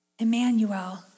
Emmanuel